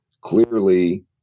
Clearly